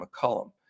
McCollum